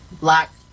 black